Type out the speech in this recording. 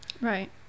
Right